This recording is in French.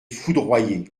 foudroyé